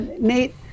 Nate